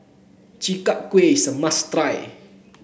Chi Kak Kuih is a must try